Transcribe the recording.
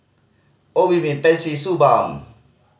Obimin Pansy Suu Balm